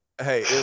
hey